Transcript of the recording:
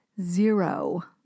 Zero